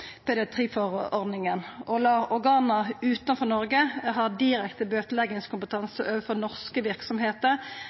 pediatriforordninga. Å la organ utanfor Noreg ha direkte bøteleggingskompetanse overfor norske